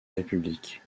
république